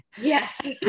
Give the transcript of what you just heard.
Yes